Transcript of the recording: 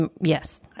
Yes